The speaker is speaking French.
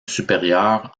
supérieur